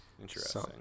Interesting